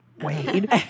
Wade